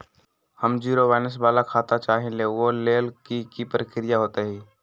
हम zero balance वाला खाता चाहइले वो लेल की की प्रक्रिया होतई?